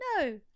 no